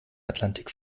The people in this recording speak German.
atlantik